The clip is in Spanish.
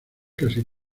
casi